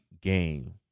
game